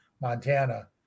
Montana